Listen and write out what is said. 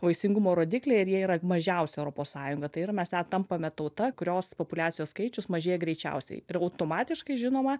vaisingumo rodikliai ir jie yra mažiausi europos sąjungoj tai yra mes net tampame tauta kurios populiacijos skaičius mažėja greičiausiai ir automatiškai žinoma